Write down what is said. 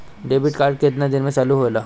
Debit card केतना दिन में चालु होला?